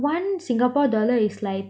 one singapore dollar is like